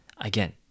Again